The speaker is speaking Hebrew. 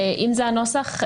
אם זה הנוסח,